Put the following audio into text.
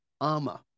armor